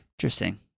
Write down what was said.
Interesting